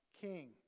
king